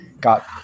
got